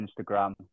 Instagram